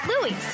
Louis